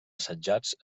assetjats